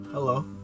Hello